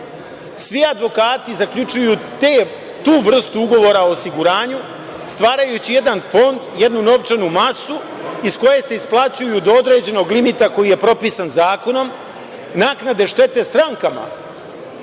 Svi advokati zaključuju tu vrstu ugovora o osiguranju stvarajući jedan fond, jednu novčanu masu iz koje se isplaćuju do određenog limita, koji je propisan zakonom, naknade štete strankama